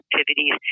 activities